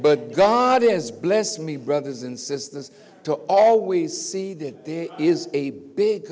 but god is bless me brothers and sisters to always see that there is a big